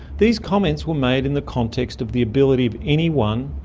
these comments were made in the context of the ability of anyone,